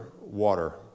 water